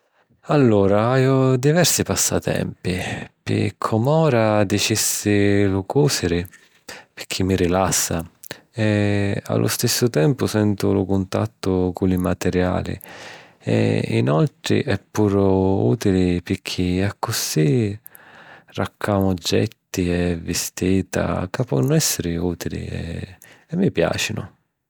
Allura haiu diversi passatempi. Pi com'ora, dicissi lu cùsiri picchì mi rilassa e a lu stissu tempu sentu lu cuntattu cu li materiali e inoltri è puru ùtili picchì accussi raccamu oggetti e vistita ca ponnu èssiri ùtili e mi piàcinu.